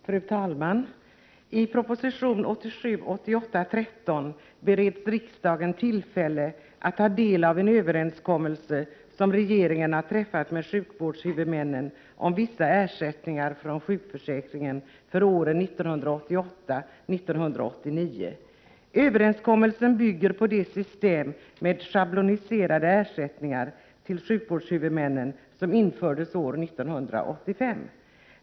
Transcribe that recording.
Fru talman! I proposition 1987/88:13 bereds riksdagen tillfälle att ta del av en överenskommelse som regeringen har träffat med sjukvårdshuvudmännen om vissa ersättningar från sjukförsäkringen för åren 1988 och 1989. Överenskommelsen bygger på det system med schabloniserade ersättningar till sjukvårdshuvudmännen som infördes år 1985.